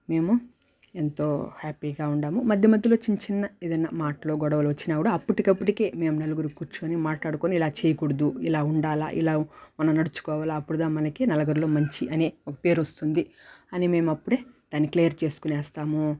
మేము ఎంతో హ్యాపీగా ఉండాము మధ్య మధ్యలో చిన్న చిన్న ఏదన్న మాటలో గొడవలో వచ్చినా కూడా అప్పటికప్పుడే మేం నలుగురు కూర్చోని మాట్లాడుకోని ఇలా చేయకూడదు ఇలా ఉండాలా ఇలా మనం నడుచుకోవాలా అప్పుడు దా మనకి నలుగురిలో మంచి అని పేరొస్తుంది అని మేం అప్పుడే దాన్ని క్లియర్ చేసుకొనేస్తాము